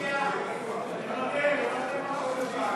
חוק התפזרות הכנסת התשע-עשרה, התשע"ה 2014, נתקבל.